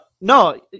No